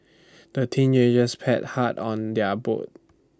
the teenagers pad hard on their boat